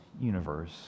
universe